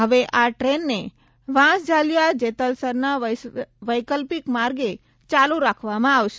હવે આ ટ્રેનને વાંસજલીયા જેતલસરના વૈકલ્પિક માર્ગે ચાલુ રખાશે